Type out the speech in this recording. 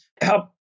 help